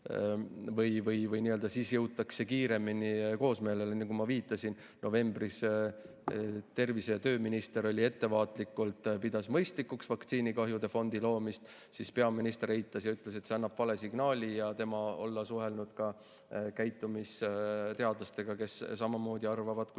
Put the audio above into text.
siis jõutakse kiiremini koosmeelele. Nagu ma viitasin, novembris tervise- ja tööminister ettevaatlikult pidas mõistlikuks vaktsiinikahjude fondi loomist, siis peaminister eitas ja ütles, et see annab vale signaali ja tema olla suhelnud ka käitumisteadlastega, kes samamoodi arvavad. Minu